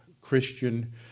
Christian